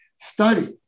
study